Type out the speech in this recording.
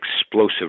explosive